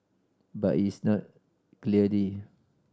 but is not clearly